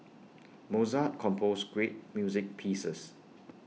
Mozart composed great music pieces